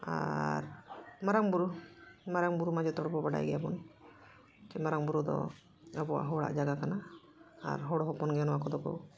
ᱟᱨ ᱢᱟᱨᱟᱝ ᱵᱩᱨᱩ ᱢᱟᱨᱟᱝ ᱵᱩᱨᱩ ᱢᱟ ᱡᱷᱚᱛᱚ ᱦᱚᱲ ᱵᱚᱱ ᱵᱟᱰᱟᱭ ᱜᱮᱭᱟᱵᱚᱱ ᱡᱮ ᱢᱟᱨᱟᱝ ᱵᱩᱨᱩ ᱫᱚ ᱟᱵᱚᱣᱟᱜ ᱦᱚᱲᱟᱜ ᱡᱟᱭᱜᱟ ᱠᱟᱱᱟ ᱟᱨ ᱦᱚᱲ ᱦᱚᱯᱚᱱᱜᱮ ᱱᱚᱣᱟ ᱠᱚᱫᱚ ᱠᱚ